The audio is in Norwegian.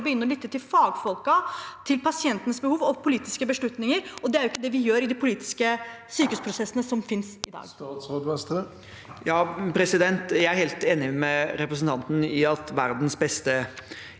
og begynne å lytte til fagfolkene, til pasientenes behov og til politiske beslutninger. Det er jo ikke det vi gjør i de politiske sykehusprosessene som finnes i dag. Statsråd Jan Christian Vestre Jeg er helt enig med representanten i at verdens beste